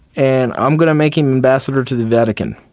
and, i'm going to make him ambassador to the vatican.